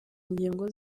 ngingo